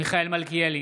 מיכאל מלכיאלי,